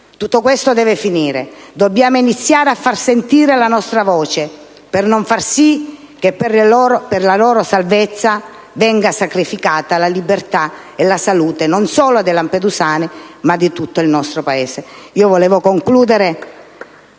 Tutto questo deve finire: dobbiamo iniziare a far sentire la nostra voce per evitare che per la loro salvezza venga sacrificata la libertà e la salute, non solo dei lampedusani, ma di tutto il nostro Paese.